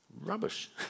rubbish